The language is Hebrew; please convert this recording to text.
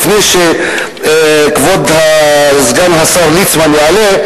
לפני שכבוד סגן השר ליצמן יעלה,